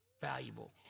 valuable